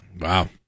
Wow